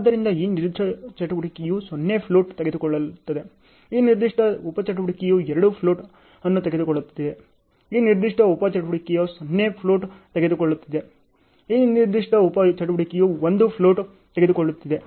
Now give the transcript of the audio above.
ಆದ್ದರಿಂದ ಈ ನಿರ್ದಿಷ್ಟ ಚಟುವಟಿಕೆಯು 0 ಫ್ಲೋಟ್ ತೆಗೆದುಕೊಳ್ಳುತ್ತಿದೆ ಈ ನಿರ್ದಿಷ್ಟ ಉಪ ಚಟುವಟಿಕೆಯು 2 ಫ್ಲೋಟ್ ಅನ್ನು ತೆಗೆದುಕೊಳ್ಳುತ್ತಿದೆ ಈ ನಿರ್ದಿಷ್ಟ ಉಪ ಚಟುವಟಿಕೆಯು 0 ಫ್ಲೋಟ್ ತೆಗೆದುಕೊಳ್ಳುತ್ತಿದೆ ಈ ನಿರ್ದಿಷ್ಟ ಉಪ ಚಟುವಟಿಕೆಯು 1 ಫ್ಲೋಟ್ ತೆಗೆದುಕೊಳ್ಳುತ್ತಿದೆ